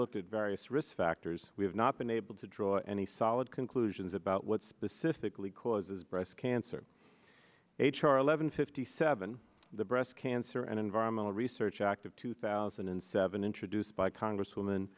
looked at various risk factors we have not been able to draw any solid conclusions about what specifically causes breast cancer h r eleven fifty seven the breast cancer and environmental research act of two thousand and seven introduced by congresswoman